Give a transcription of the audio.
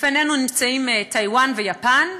לפנינו נמצאות טאיוואן ויפן,